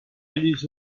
llegir